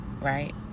right